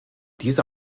diese